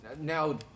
Now